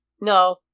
No